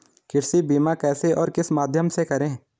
कृषि बीमा कैसे और किस माध्यम से करें?